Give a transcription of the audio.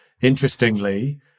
interestingly